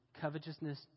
covetousness